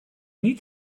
niet